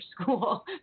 school